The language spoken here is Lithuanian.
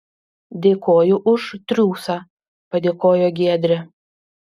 dėkoju už triūsą padėkojo giedrė